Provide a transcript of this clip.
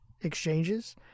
exchanges